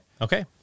Okay